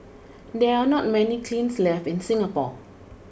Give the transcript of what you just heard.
there are not many kilns left in Singapore